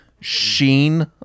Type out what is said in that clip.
sheen